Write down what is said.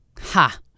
ha